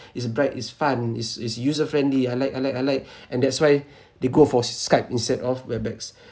it's bright it's fun it's it's user friendly I like I like I like and that's why they go for skype instead of webex